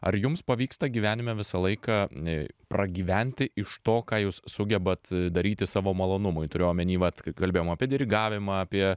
ar jums pavyksta gyvenime visą laiką e pragyventi iš to ką jūs sugebat daryti savo malonumui turiu omeny vat kai kalbėjom apie dirigavimą apie